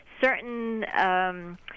certain